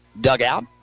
dugout